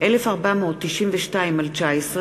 מאגר דירקטורים חיצוניים), התשע"ג